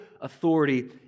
authority